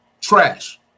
trash